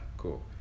Cool